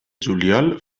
juliol